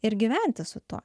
ir gyventi su tuo